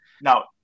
Now –